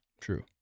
True